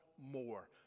more